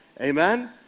Amen